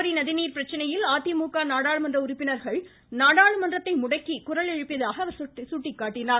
காவிரி ந திநீர் பிரச்சனையில் அதிமுக நாடாளுமன்ற உறுப்பினர்கள் நாடாளுமன்றத்தை முடக்கி குரல் எழுப்பியதாக அவர் சுட்டிக்காட்டினார்